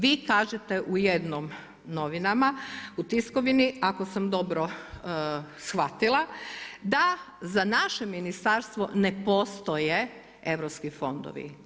Vi kažete u jednim novinama, u tiskovini, ako sam dobro shvatila da za naše ministarstvo ne postoje europski fondovi.